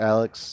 Alex